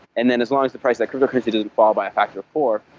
and then as long as the price, that cryptocurrency doesn't fall by a factor of four,